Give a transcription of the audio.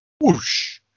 Whoosh